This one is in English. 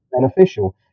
beneficial